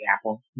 Apple